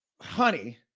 honey